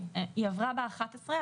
היא עברה ב-11,